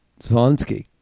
Zelensky